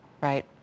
Right